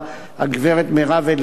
הגברת מירב אליהו.